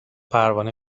پروانه